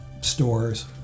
stores